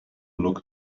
look